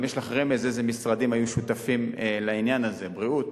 יש לך גם רמז אילו משרדים היו שותפים לעניין הזה: בריאות,